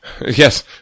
Yes